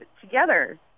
together